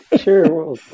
Sure